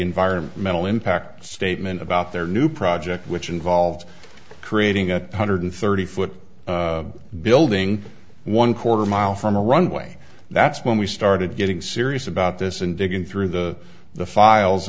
environmental impact statement about their new project which involved creating a hundred thirty foot building one quarter mile from a runway that's when we started getting serious about this and digging through the the files